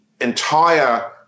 entire